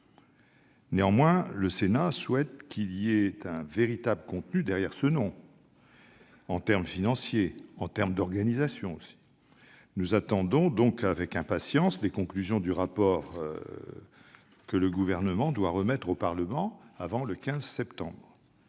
Néanmoins, le Sénat souhaite qu'il y ait un véritable contenu derrière ce nom, en termes tant financiers que d'organisation. Nous attendons donc avec impatience les conclusions du rapport que le Gouvernement doit remettre au Parlement avant le 15 septembre.